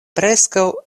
preskaŭ